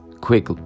quick